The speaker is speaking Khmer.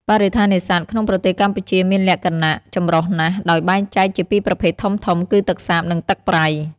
បរិស្ថាននេសាទក្នុងប្រទេសកម្ពុជាមានលក្ខណៈចម្រុះណាស់ ដោយបែងចែកជាពីរប្រភេទធំៗ គឺទឹកសាប និងទឹកប្រៃ។